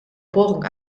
bohrung